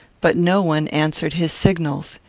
but no one answered his signals.